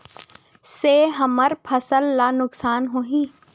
से हमर फसल ला नुकसान होही?